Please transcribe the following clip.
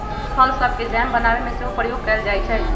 फल सभके जैम बनाबे में सेहो प्रयोग कएल जाइ छइ